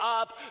up